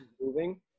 moving